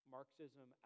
Marxism